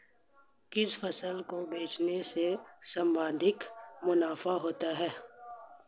किस फसल को बेचने से सर्वाधिक मुनाफा होता है?